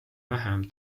vähem